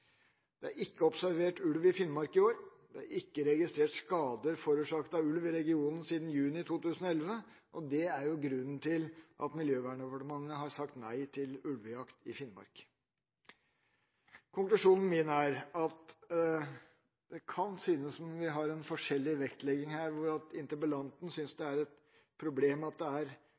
år. Det er ikke registrert skader forårsaket av ulv i regionen siden juni 2011. Det er grunnen til at Miljøverndepartementet har sagt nei til ulvejakt i Finnmark. Konklusjonen min er at det kan synes som om vi har forskjellig vektlegging her. Interpellanten synes det er et problem at det er